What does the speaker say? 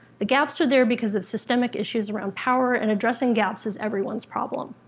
the gaps are there because of systemic issues around power, and addressing gaps is everyone's problem.